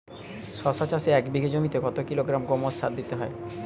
শশা চাষে এক বিঘে জমিতে কত কিলোগ্রাম গোমোর সার দিতে হয়?